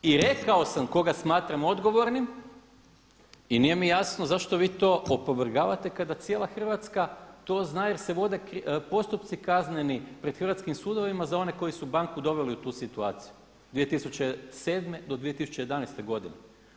I rekao sam koga smatram odgovornim i nije mi jasno zašto vi to opovrgavate kada cijela Hrvatska to zna jer se vode postupci kazneni pred hrvatskim sudovima za one koji su banku doveli u tu situaciju 2007. do 2011. godine.